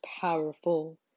powerful